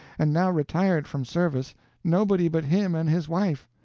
and now retired from service nobody but him and his wife.